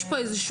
יש פה גם מסלול,